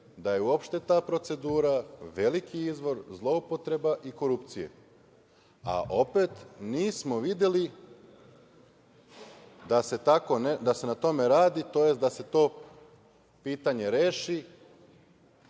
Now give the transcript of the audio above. da je uopšte ta procedura veliki izvor zloupotreba i korupcije, a opet nismo videli da se na tome radi, tj. da se to pitanje reši,